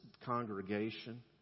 congregation